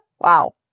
wow